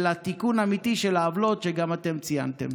אלא תיקון אמיתי של העוולות שגם אתם ציינתם.